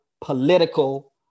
political